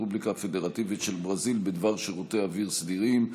הרפובליקה הפדרטיבית של ברזיל בדבר שירותי אוויר סדירים,